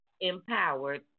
empowered